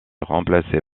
remplacé